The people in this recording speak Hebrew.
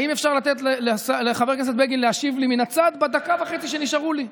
האם אפשר לתת לחבר הכנסת בגין להשיב לי מן הצד בדקה וחצי שנשארו לי?